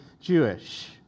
Jewish